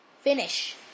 Finish